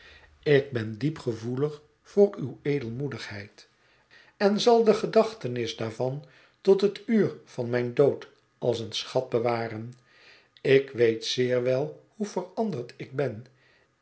ik ben diep gevoelig voor uwe edelmoedigheid en zal de gedachtenis daarvan tot het uur van mijn dood als een schat bewaren ik weet zeer wel hoe veranderd ik ben